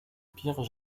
pires